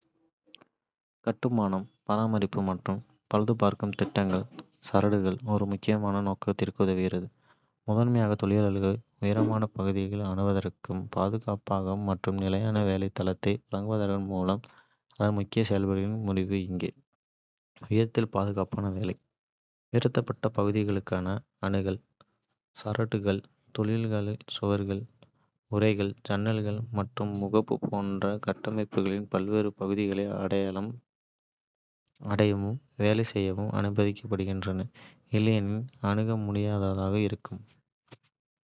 கட்டுமானம், பராமரிப்பு மற்றும் பழுதுபார்க்கும் திட்டங்களில் சாரக்கட்டு ஒரு முக்கியமான நோக்கத்திற்கு உதவுகிறது, முதன்மையாக தொழிலாளர்கள் உயரமான பகுதிகளை அணுகுவதற்கு பாதுகாப்பான மற்றும் நிலையான வேலை தளத்தை வழங்குவதன் மூலம். அதன் முக்கிய செயல்பாடுகளின் முறிவு இங்கே. உயரத்தில் பாதுகாப்பான வேலை. உயர்த்தப்பட்ட பகுதிகளுக்கான அணுகல். சாரக்கட்டு தொழிலாளர்கள் சுவர்கள், கூரைகள், ஜன்னல்கள் மற்றும் முகப்புகள் போன்ற கட்டமைப்புகளின் பல்வேறு பகுதிகளை அடையவும் வேலை செய்யவும் அனுமதிக்கிறது, இல்லையெனில் அணுக முடியாததாக இருக்கும்.